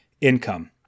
income